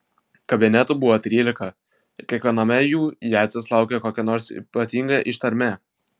kabinetų buvo trylika ir kiekviename jų jadzės laukė kokia nors ypatinga ištarmė